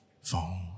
phone